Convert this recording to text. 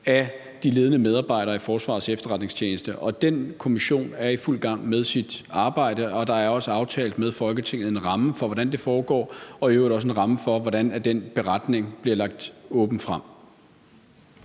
af de ledende medarbejdere i Forsvarets Efterretningstjeneste. Og den kommission er i fuld gang med sit arbejde, og der er med Folketinget også aftalt en ramme for, hvordan det foregår, og i øvrigt også en ramme for, hvordan den beretning bliver lagt åbent frem.